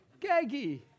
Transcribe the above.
gaggy